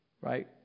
Right